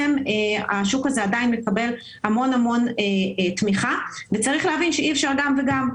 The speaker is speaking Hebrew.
היום השוק הזה עדיין מקבל המון תמיכה וצריך להבין שאי אפשר גם וגם.